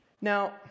Now